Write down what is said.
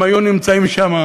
הם היו נמצאים שמה